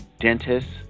dentists